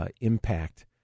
impact